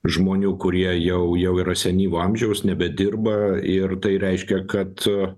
žmonių kurie jau jau yra senyvo amžiaus nebedirba ir tai reiškia kad